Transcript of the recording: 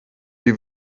die